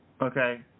Okay